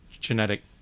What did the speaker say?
genetic